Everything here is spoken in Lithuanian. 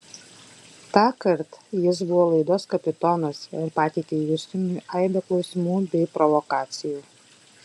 tąkart jis buvo laidos kapitonas ir pateikė justinui aibę klausimų bei provokacijų